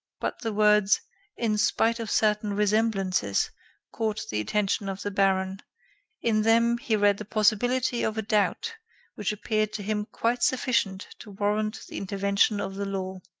but the words in spite of certain resemblances caught the attention of the baron in them, he read the possibility of a doubt which appeared to him quite sufficient to warrant the intervention of the law.